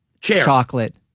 chocolate